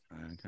okay